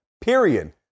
period